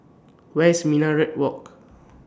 Where IS Minaret Walk